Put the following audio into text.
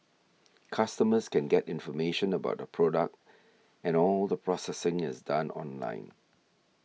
customers can get information about the product and all the processing is done online